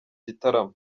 gitaramo